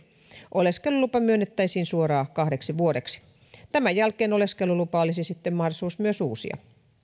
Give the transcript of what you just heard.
oleskelulupa myönnettäisiin suoraan kahdeksi vuodeksi tämän jälkeen oleskelulupa olisi sitten mahdollisuus myös uusia